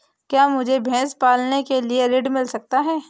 क्या मुझे भैंस पालने के लिए ऋण मिल सकता है?